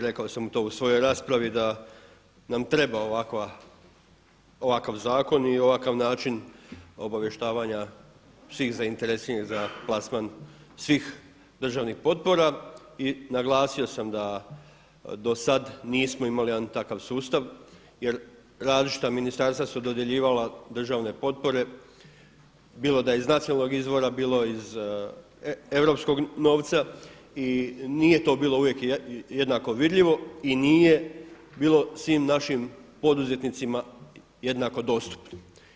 Slažem se s vama i rekao sam to u svojoj raspravi da nam treba ovakav zakon i ovakav način obavještavanja svih zainteresiranih za plasman svih državnih potpora i naglasio sam da do sada nismo imali jedan takav sustav jer različita ministarstva su dodjeljivala državne potpore bilo da je iz nacionalnog izvora, bilo iz europskog novca i nije to bilo uvijek jednako vidljivo i nije bilo svim našim poduzetnicima jednako dostupno.